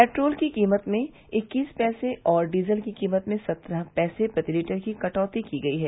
petrol की कीमत में इक्कीस पैसे और डीजल की कीमत में सत्रह पैसे प्रति लीटर की कटौती की गयी है